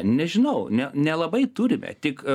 nežinau ne nelabai turime tik